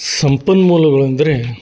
ಸಂಪನ್ಮೂಲಗಳು ಅಂದರೆ